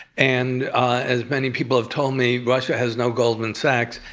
and as many people have told me, russia has no goldman sachs.